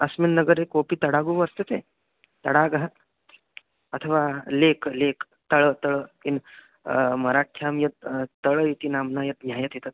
अस्मिन् नगरे कोऽपि तडागः वर्तते तडागः अथवा लेक् लेक् त त इन् मराठ्यां यत् तड् इति नाम्ना यत् ज्ञायते तत्